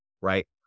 right